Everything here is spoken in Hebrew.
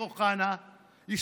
של פרץ,